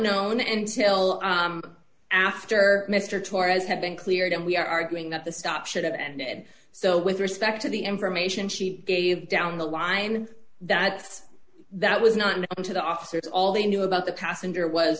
known and still after mister torres had been cleared and we are arguing that the stop should have ended so with respect to the information she gave down the line that that was not to the officers all they knew about the passenger was